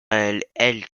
elles